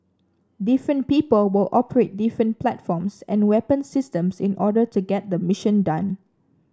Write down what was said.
different people will operate different platforms and weapon systems in order to get the mission done